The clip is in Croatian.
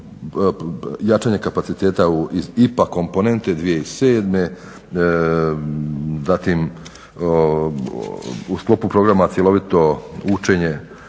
jačanje kapaciteta IPA komponente 2007.zatim u sklopu programa cjeloživotno učenje